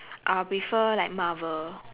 I will prefer like Marvel